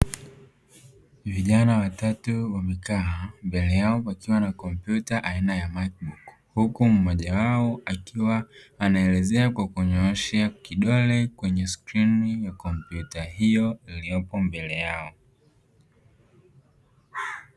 Vijana watatu wamekaa mbele yao kukiwa na kompyuta aina ya "Mac book" huku mmoja wao akiwa anaelezea kwa kunyooshea kidole kwenye skrini ya kompyuta hio iliopo mbele yao.